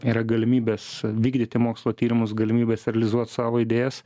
yra galimybės vykdyti mokslo tyrimus galimybės realizuot savo idėjas